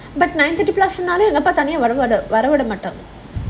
but nine thirty plus scenario அப்பா தனியா வர விடமாட்டாரு:appa thaniyaa vara vidamaataaru